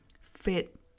fit